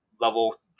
level